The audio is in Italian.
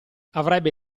avrebbe